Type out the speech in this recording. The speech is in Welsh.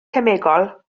cemegol